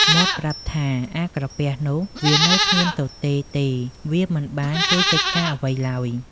មាត់ប្រាប់ថា "អា ក្រពះនោះ វានៅស្ងៀមទទេទេវាមិនបានជួយកិច្ចការអ្វីឡើយ" ។